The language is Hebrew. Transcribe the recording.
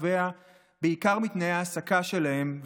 נובע בעיקר מתנאי ההעסקה שלהם,